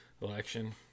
election